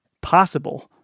possible